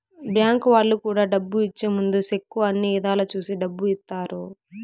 bank వాళ్ళు కూడా డబ్బు ఇచ్చే ముందు సెక్కు అన్ని ఇధాల చూసి డబ్బు ఇత్తారు